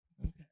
okay